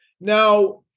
Now